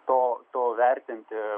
to to vertinti